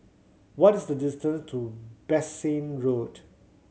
what is the distant to Bassein Road